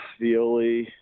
Violi